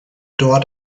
dort